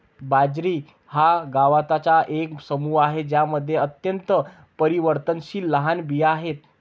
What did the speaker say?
बाजरी हा गवतांचा एक समूह आहे ज्यामध्ये अत्यंत परिवर्तनशील लहान बिया आहेत